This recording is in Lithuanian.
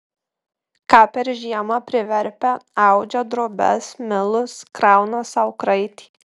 ką per žiemą priverpia audžia drobes milus krauna sau kraitį